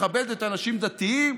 מכבדת אנשים דתיים,